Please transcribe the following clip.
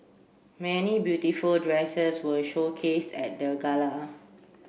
many beautiful dresses were showcased at the gala